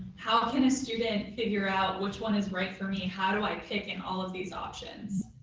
how can a student figure out which one is right for me? how do i pick in all of these options?